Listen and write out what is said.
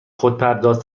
خودپرداز